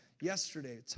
yesterday